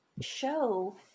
show